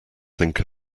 think